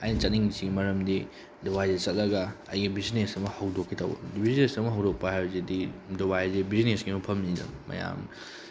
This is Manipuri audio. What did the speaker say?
ꯑꯩꯅ ꯆꯠꯅꯤꯡꯉꯤꯁꯤꯒꯤ ꯃꯔꯝꯗꯤ ꯗꯨꯕꯥꯏꯁꯦ ꯆꯠꯂꯒ ꯑꯩꯒꯤ ꯕꯤꯖꯤꯅꯦꯁ ꯑꯃ ꯍꯧꯗꯣꯛꯀꯦ ꯇꯧꯕ ꯕꯤꯖꯤꯅꯦꯁ ꯑꯃ ꯍꯧꯗꯣꯛꯄ ꯍꯥꯏꯕꯁꯤꯗꯤ ꯗꯨꯕꯥꯏꯗꯤ ꯕꯤꯖꯤꯅꯦꯁꯀꯤ ꯃꯐꯝꯅꯤꯗꯅ ꯃꯌꯥꯝ